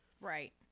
Right